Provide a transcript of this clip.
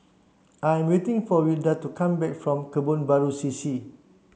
I'm waiting for Wilda to come back from Kebun Baru C C